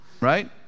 Right